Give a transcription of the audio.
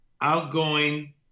outgoing